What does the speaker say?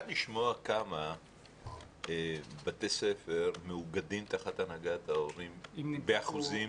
כמה בתי ספר מאוגדים תחת הנהגת ההורים, באחוזים?